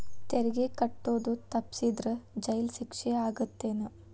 ತೆರಿಗೆ ಕಟ್ಟೋದ್ ತಪ್ಸಿದ್ರ ಜೈಲ್ ಶಿಕ್ಷೆ ಆಗತ್ತೇನ್